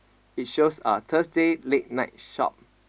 it shows uh Thursday late night shop